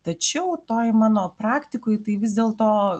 tačiau toj mano praktikoj tai vis dėlto